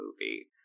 movie